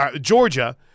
Georgia